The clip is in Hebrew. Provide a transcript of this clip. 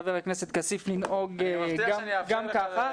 חבר הכנסת כסיף, לנהוג גם ככה.